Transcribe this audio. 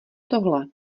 tohle